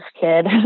kid